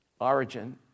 origin